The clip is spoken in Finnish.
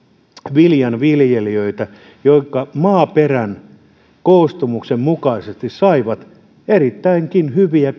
viljanviljelijöitä jotka maaperän koostumuksen mukaisesti saivat erittäinkin hyviä